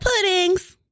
puddings